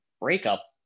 breakup